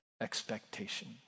expectation